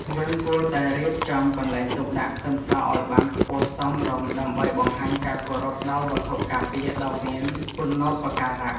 យើងគួរតែរៀបចំកន្លែងទុកដាក់ខ្ទឹមសឱ្យបានខ្ពស់សមរម្យដើម្បីបង្ហាញការគោរពដល់វត្ថុការពារដ៏មានគុណូបការៈ។